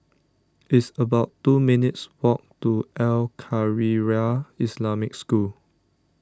it's about two minutes' walk to Al Khairiah Islamic School